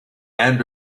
and